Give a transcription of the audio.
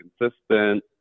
consistent